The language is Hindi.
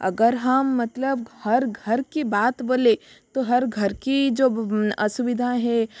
अगर हम मतलब हर घर की बात बोले तो हर घर की जब असुविधा है